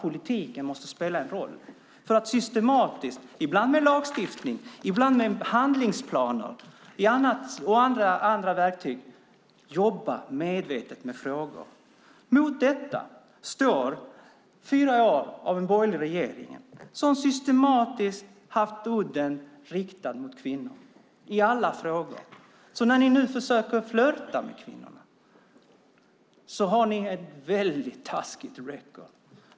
Politiken måste spela en roll genom att vi systematiskt och medvetet, ibland med lagstiftning, ibland med handlingsplaner och andra verktyg, jobbar med frågorna. Mot detta står fyra år med den borgerliga regeringen, som systematiskt haft udden riktad mot kvinnor i alla frågor. När ni nu försöker flörta med kvinnorna har ni ett väldigt taskigt record .